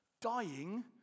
Dying